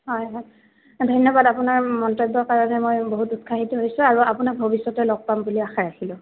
হয় হয় ধন্যবাদ আপোনাৰ মন্তব্যৰ কাৰণে মই বহুত উৎসাহিত হৈছোঁ আৰু আপোনাক ভৱিষ্যতে লগ পাম বুলি আশা ৰাখিলোঁ